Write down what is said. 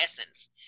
essence